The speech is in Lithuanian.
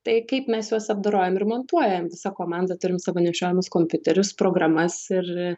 tai kaip mes juos apdorojam ir montuojam visa komanda turim savo nešiojamus kompiuterius programas ir